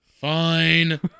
Fine